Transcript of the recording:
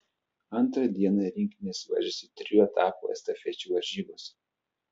antrą dieną rinktinės varžėsi trijų etapų estafečių varžybose